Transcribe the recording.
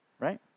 right